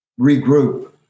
regroup